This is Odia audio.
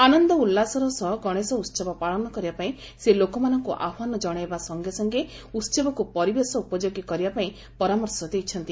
ଆନନ୍ଦ ଉଲ୍ଲାସର ସହ ଗଣେଶ ଉତ୍ସବ ପାଳନ କରିବା ପାଇଁ ସେ ଲୋକମାନଙ୍କୁ ଆହ୍ପାନ ଜଣାଇବା ସଙ୍ଗେସଙ୍ଗେ ଉହବକୁ ପରିବେଶ ଉପଯୋଗୀ କରିବା ପାଇଁ ସେ ପରାମର୍ଶ ଦେଇଛନ୍ତି